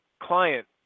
client